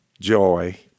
joy